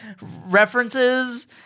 references